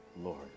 Lord